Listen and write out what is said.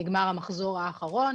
נגמר המחזור האחרון.